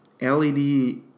LED